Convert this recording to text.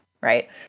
right